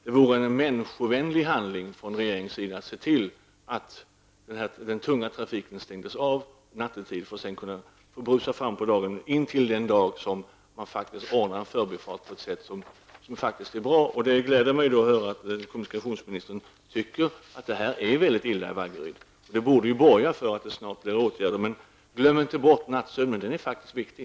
Det vore en människovänlig handling av regeringen att se till att den tunga trafiken stängdes av nattetid. Den kan brusa fram på dagen intill den dag då man ordnar en förbifart som är bra. Det gläder mig att höra att kommunikationsministern tycker att situationen i Vaggeryd är väldigt allvarlig. Det borde borga för att det snart sätts in åtgärder, men glöm inte bort nattsömnen! Den är faktiskt viktig.